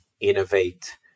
innovate